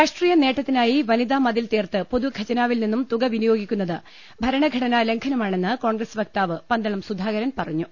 രാഷ്ട്രീയ നേട്ടത്തിനായി വനിതാ മതിൽ തീർത്ത് പൊതു ഖജ നാവിൽ നിന്നും തുക വിനിയോഗിക്കുന്നത് ഭരണഘടനാ ലംഘനമാ ണെന്ന് കോൺഗ്രസ് വക്താവ് പന്തളം സുധാകരൻ പറഞ്ഞു